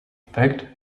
effect